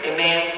Amen